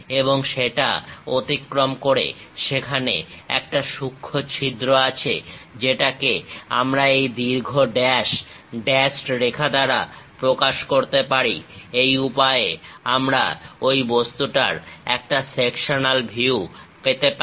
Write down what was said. এবং সেটা অতিক্রম করে সেখানে একটা সূক্ষ্ম ছিদ্র আছে যেটাকে আমরা এই দীর্ঘ ড্যাশ ড্যাশড রেখা দ্বারা প্রকাশ করতে পারি এই উপায়ে আমরা ঐ বস্তুটার একটা সেকশনাল ভিউ পেতে পারি